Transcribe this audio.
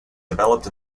developed